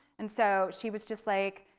and so she was just like,